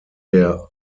der